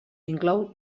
inclou